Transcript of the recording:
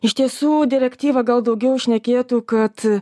iš tiesų direktyva gal daugiau šnekėtų kad